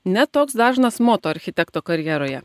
ne toks dažnas moto architekto karjeroje